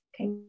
Okay